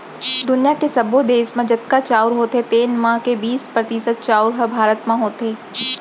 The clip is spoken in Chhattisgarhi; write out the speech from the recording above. दुनियॉ के सब्बो देस म जतका चाँउर होथे तेन म के बीस परतिसत चाउर ह भारत म होथे